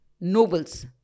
nobles